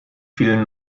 vielen